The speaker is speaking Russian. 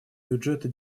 бюджета